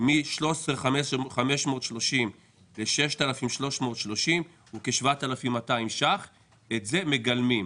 מ- 13,530 ₪ ל- 6,330 הוא כ- 7,200 ₪ את זה מגלמים,